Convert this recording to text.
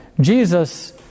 Jesus